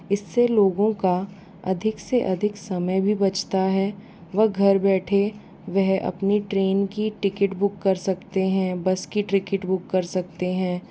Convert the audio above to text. इस से लोगों का अधिक से अधिक समय भी बचता है वह घर बैठे वह अपनी ट्रेन की टिकट बुक कर सकते हैं बस की टिकट बुक कर सकते हैं